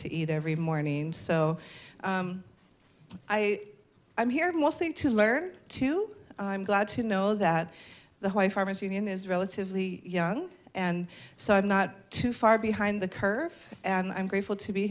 to eat every morning so i am here mostly to learn to i'm glad to know that the white farmers union is relatively young and so i'm not too far behind the curve and i'm grateful to be